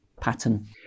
pattern